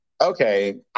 Okay